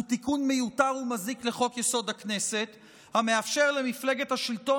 הוא תיקון מיותר ומזיק לחוק-יסוד הכנסת המאפשר למפלגת השלטון